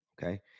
Okay